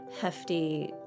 hefty